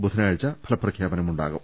ബുധനാഴ്ച ഫലപ്രഖ്യാപനവും ഉണ്ടാവും